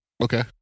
okay